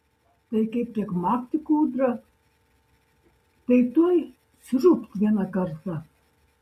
tai kaip tik makt į kūdrą tai tuoj sriūbt vieną kartą